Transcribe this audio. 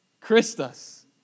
Christus